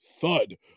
thud